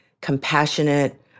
compassionate